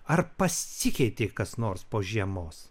ar pasikeitė kas nors po žiemos